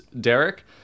Derek